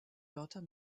wörter